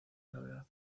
gravedad